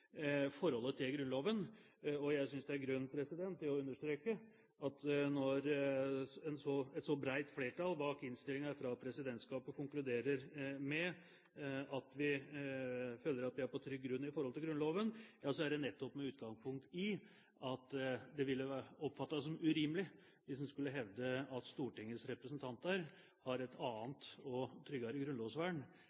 forholdet til Grunnloven. Jeg synes det er grunn til å understreke at når et så bredt flertall bak innstillingen fra presidentskapet konkluderer med at vi føler at vi er på trygg grunn i forhold til Grunnloven, så er det nettopp med utgangspunkt i at det ville oppfattes som urimelig hvis en skulle hevde at Stortingets representanter har et